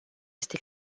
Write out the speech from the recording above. este